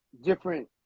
different